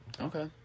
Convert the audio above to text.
Okay